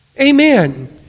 Amen